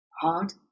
hard